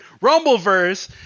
Rumbleverse